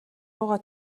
руугаа